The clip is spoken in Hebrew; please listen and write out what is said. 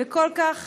וכל כך